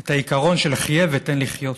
את העיקרון של "חיה ותן לחיות".